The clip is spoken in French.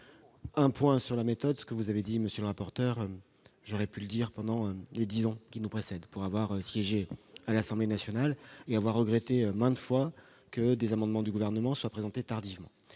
parlons. Sur la méthode, ce que vous avez dit, monsieur le rapporteur général, j'aurais pu le dire au cours des dix années précédentes, pour avoir siégé à l'Assemblée nationale et avoir regretté maintes fois que des amendements du gouvernement soient présentés tardivement.